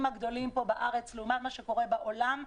הגדולים בארץ לעומת מה שקורה בעולם,